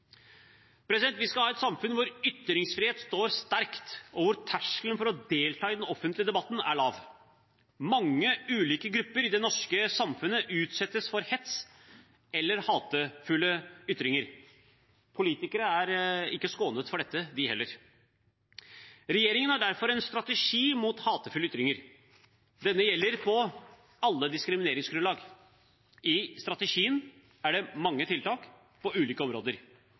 Vi skal ha et samfunn hvor ytringsfrihet står sterkt, og hvor terskelen for å delta i den offentlige debatten er lav. Mange ulike grupper i det norske samfunnet utsettes for hets eller hatefulle ytringer. Politikere er ikke skånet for dette, de heller. Regjeringen har derfor en strategi mot hatefulle ytringer. Det gjelder på alle diskrimineringsgrunnlag. I strategien er det mange tiltak på ulike områder.